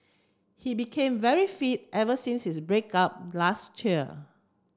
he became very fit ever since his break up last year